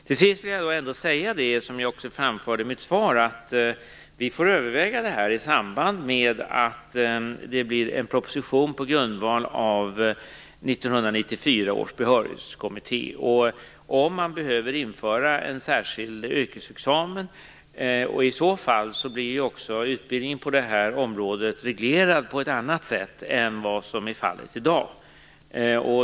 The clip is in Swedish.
Till sist vill jag ändå säga, som jag också framförde i mitt svar, att vi får överväga om man behöver införa en särskild yrkesexamen i samband med att vi utformar en proposition på grundval av 1994 års behörighetskommitté. I så fall blir också utbildningen på det här området reglerad på ett annat sätt än vad som är fallet i dag.